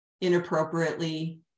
inappropriately